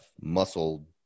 muscle